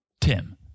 Tim